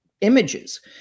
images